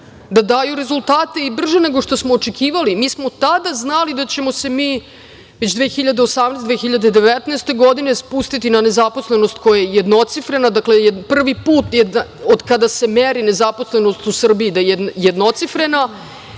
da daju rezultate i brže nego što smo očekivali, mi smo tada znali da ćemo se mi već 2018, 2019. godine spustiti na nezaposlenost koja je jednocifrena, dakle, prvi put, od kada se meri nezaposlenost u Srbiji, da je jednocifrena,